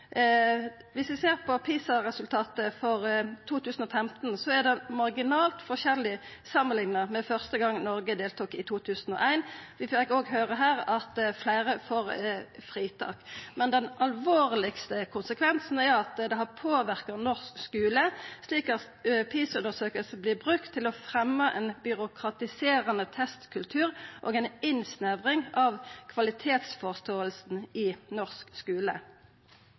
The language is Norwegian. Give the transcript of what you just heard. vi ser på PISA-resultatet for 2015, er det marginalt forskjellig samanlikna med første gongen Noreg deltok, i 2001. Vi fekk òg høyra her at fleire er for fritak. Men den alvorlegaste konsekvensen er at det har påverka norsk skule, slik at PISA-undersøkinga vert brukt til å fremja ein byråkratiserande testkultur og ei innsnevring av kvalitetsforståinga i norsk skule.